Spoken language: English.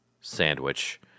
sandwich